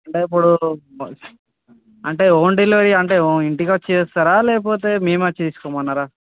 అంటే ఇప్పుడు అంటే ఒంటిలోకి అంటే ఒం ఇంటికి వచ్చి చేస్తారా లేకపోతే మేము వచ్చి తీసుకోమని అన్నారా